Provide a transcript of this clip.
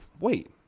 wait